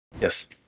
Yes